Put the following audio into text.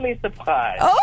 surprised